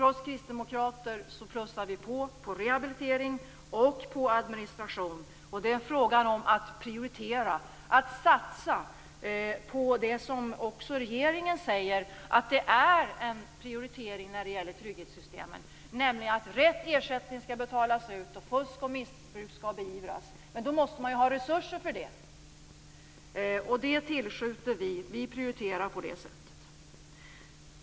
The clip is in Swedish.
Vi kristdemokrater plussar på när det gäller rehabilitering och administration. Det är fråga om att prioritera och att satsa på det som också regeringen säger är en prioritering när det gäller trygghetssystemen, nämligen att rätt ersättning skall betalas ut och att fusk och missbruk skall beivras. Men då måste man ju ha resurser för det. Det tillskjuter vi. Vi prioriterar på det sättet.